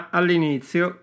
all'inizio